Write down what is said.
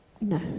No